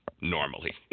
normally